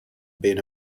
been